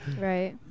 right